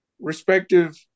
respective